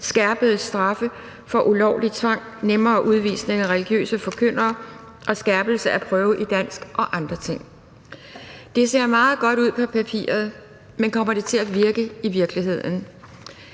skærpede straffe for ulovlig tvang, nemmere udvisning af religiøse forkyndere og skærpelse af prøve i dansk og andre ting. Det ser meget godt ud på papiret, men kommer det til at virke i virkeligheden?